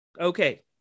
okay